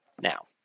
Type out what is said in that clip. now